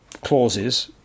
clauses